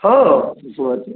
ହଁ ଚଷମା ଅଛି